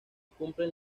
cumplen